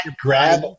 grab